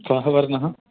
कः वर्णः